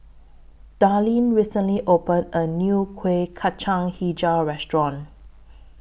Darleen recently opened A New Kueh Kacang Hijau Restaurant